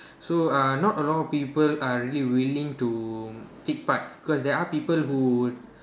so uh not a lot of people are really willing to take part cause there are people who would